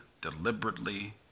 deliberately